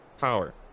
Power